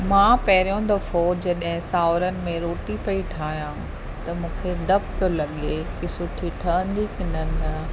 मां पहिरियों दफ़ो जॾहिं सोहुरनि में रोटी पई ठाहियां त मूंखे ॾपु पियो लॻे की सुठी ठहंदी की न न